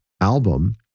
album